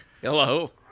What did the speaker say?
Hello